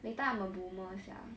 later I'm a boomer sia